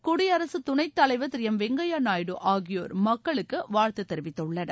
குடியரசு துணைத் தலைவர் திரு எம் வெங்கைய நாயுடு ஆகியோர் மக்களுக்கு வாழ்த்து தெரிவித்துள்ளனர்